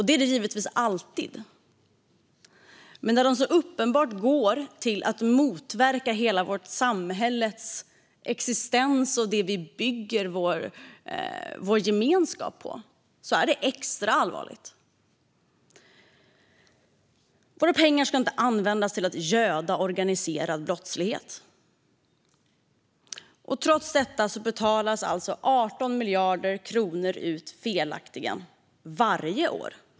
Det är det givetvis alltid, men när de så uppenbart går till att motverka hela vårt samhälles existens och det vi bygger vår gemenskap på är det extra allvarligt. Våra pengar ska inte användas till att göda organiserad brottslighet. Trots detta betalas alltså 18 miljarder kronor ut felaktigt varje år.